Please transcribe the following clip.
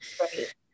Right